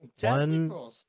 One